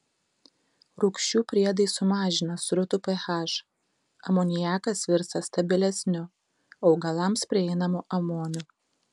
rūgščių priedai sumažina srutų ph amoniakas virsta stabilesniu augalams prieinamu amoniu